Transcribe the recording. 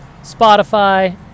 Spotify